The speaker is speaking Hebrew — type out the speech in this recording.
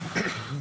כאן.